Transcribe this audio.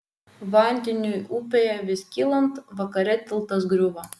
vandeniui upėje vis kylant vakare tiltas griuvo